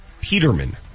Peterman